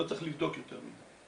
לא צריך לבדוק יותר מדי.